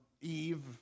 Eve